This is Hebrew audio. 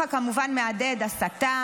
שמחה כמובן מהדהד הסתה,